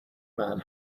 man